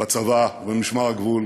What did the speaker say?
בצבא ובמשמר הגבול,